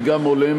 היא גם הולמת,